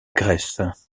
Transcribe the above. grèce